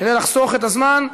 כדי לחסוך את הזמן,